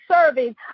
serving